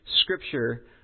Scripture